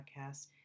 Podcast